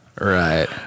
Right